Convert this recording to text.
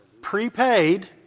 prepaid